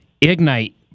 Ignite